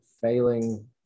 failing